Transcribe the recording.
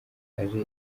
aje